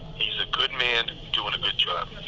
he's a good man doing a good job.